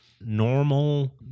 normal